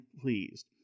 pleased